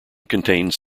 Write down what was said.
contains